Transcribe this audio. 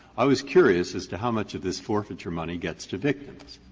i was curious as to how much of this forfeiture money gets to victims.